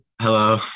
Hello